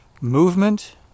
movement